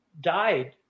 died